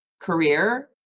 career